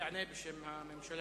שיענה בשם הממשלה.